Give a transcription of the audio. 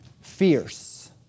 fierce